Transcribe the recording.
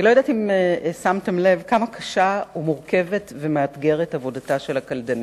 אני לא יודעת אם שמתם לב כמה קשה ומורכבת ומאתגרת עבודתה של הקלדנית.